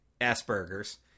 asperger's